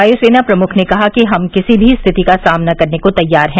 वायुसेना प्रमुख ने कहा कि हम किसी भी स्थिति का सामना करने को तैयार हैं